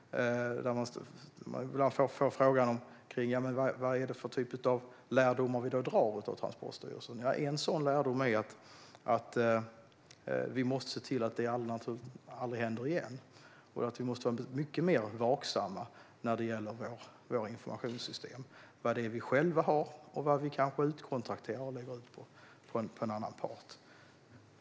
Där ställdes frågan om vilka lärdomar vi drar av händelserna vid Transportstyrelsen. Ja, en sådan lärdom är att vi måste se till att det aldrig händer igen och att vi måste vara mycket mer vaksamma när det gäller våra informationssystem - vad vi själva har och vad vi utkontrakterar på en annan part.